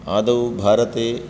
आदौ भारते